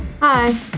Hi